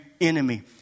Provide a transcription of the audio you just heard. enemy